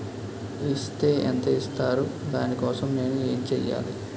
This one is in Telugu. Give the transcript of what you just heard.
ఇస్ తే ఎంత ఇస్తారు దాని కోసం నేను ఎంచ్యేయాలి?